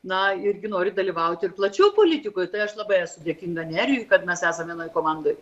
na irgi nori dalyvauti ir plačiau politikoj tai aš labai esu dėkinga nerijui kad mes esam vienoj komandoj